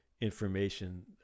information